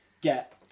get